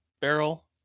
barrel